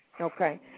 Okay